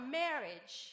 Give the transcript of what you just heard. marriage